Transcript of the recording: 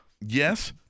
Yes